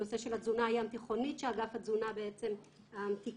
הנושא של התזונה הים-תיכונית שאגף התזונה בעצם תיקן.